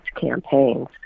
campaigns